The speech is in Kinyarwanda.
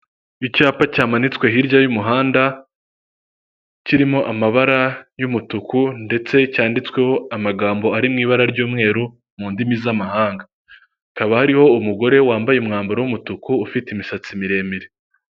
Icyapa cyamanitswe hirya y'umuhanda, kirimo amabara y'umutuku ndetse cyanditsweho amagambo ari mu ibara ry'umweru mu ndimi z'amahanga, hakaba hariho umugore wambaye umwambaro w'umutuku ufite imisatsi miremire.